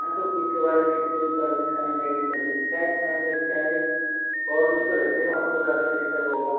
हाँ तो पीछे वाले गेट से भी परमिशनें लेनी पड़ेगी क्या है कि मेन गेट से आएंगे और भी तो रहते हैं उनको ज़्यादा डिस्टर्ब होगा